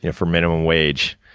ah for minimum wage.